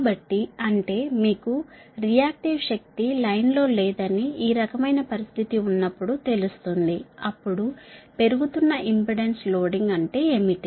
కాబట్టి అంటే మీకు రియాక్టివ్ పవర్ లైన్లో లేదని ఈ రకమైన పరిస్థితి ఉన్నప్పుడు తెలుస్తుంది అప్పుడు పెరుగుతున్న ఇంపెడెన్స్ లోడింగ్ అంటే ఏమిటి